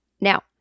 Now